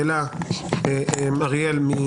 שהעלה אריאל.